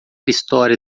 história